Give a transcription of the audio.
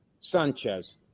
Sanchez